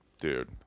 Dude